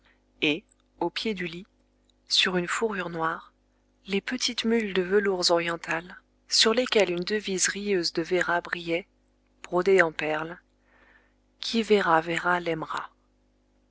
et au pied du lit sur une fourrure noire les petites mules de velours oriental sur lesquelles une devise rieuse de véra brillait brodée en perles qui verra véra l'aimera